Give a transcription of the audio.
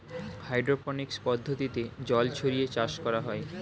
hydroponics পদ্ধতিতে জল ছড়িয়ে চাষ করা হয়